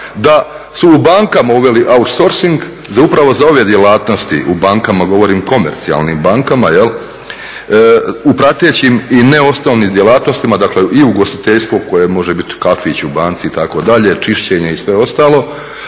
da su u bankama uveli outsourcing upravo za ove djelatnosti u bankama, govorim komercijalnim bankama, u pratećim i neosnovnim djelatnostima, dakle i ugostiteljstvo koje može biti kafić u banci, itd., čišćenje i sve ostalo